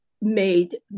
made